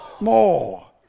More